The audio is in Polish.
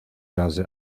razy